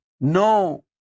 No